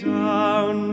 down